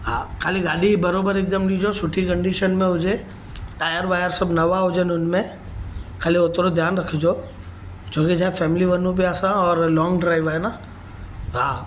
हा खाली गाॾी बराबरि हिकदमि ॾिजो सुठी कंडीशन में हुजे टायर वायर सभु नवां हुजनि हुन में खाली होतिरो ध्यानु रखिजो छोकी छाहे फैमिली वञू पिया असां और लौंग ड्राइव आहे न हा